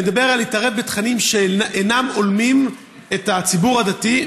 אני מדבר על להתערב בתכנים שאינם הולמים את הציבור הדתי,